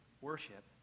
worship